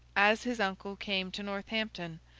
as his uncle came to northampton,